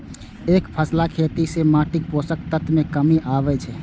एकफसला खेती सं माटिक पोषक तत्व मे कमी आबै छै